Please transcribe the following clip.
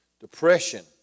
Depression